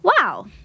Wow